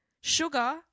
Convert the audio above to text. Sugar